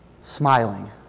smiling